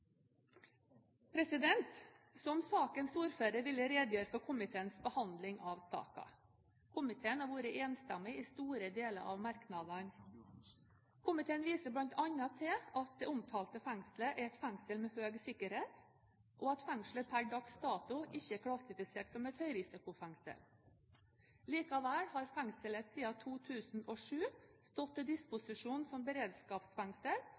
Som sakens ordfører vil jeg redegjøre for komiteens behandling av saken. Komiteen har vært enstemmig i store deler av merknadene. Komiteen viser bl.a. til at det omtalte fengselet er et fengsel med høy sikkerhet, og at fengselet per dags dato ikke er klassifisert som et høyrisikofengsel. Likevel har fengselet siden 2007 stått til disposisjon som beredskapsfengsel